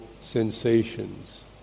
sensations